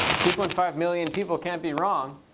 two point five million people can't be wrong.